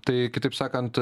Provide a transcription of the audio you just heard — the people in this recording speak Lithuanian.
tai kitaip sakant